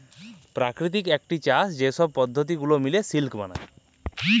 পেরাকিতিক ইকট চাষ যে ছব পদ্ধতি গুলা মিলে সিলিক বেলায়